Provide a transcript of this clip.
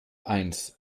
eins